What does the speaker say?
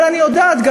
אבל אני גם יודעת,